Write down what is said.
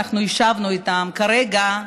אנחנו ישבנו איתם כרגע,